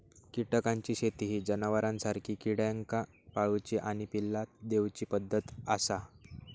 कीटकांची शेती ही जनावरांसारखी किड्यांका पाळूची आणि पिल्ला दिवची पद्धत आसा